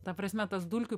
ta prasme tas dulkių